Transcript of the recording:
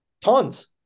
Tons